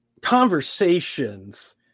conversations